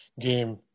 game